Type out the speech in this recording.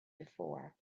before